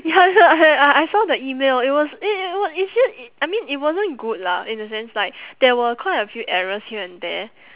ya ya I I I saw the email it was it it's just i~ I mean it wasn't good lah in a sense like there were quite a few errors here and there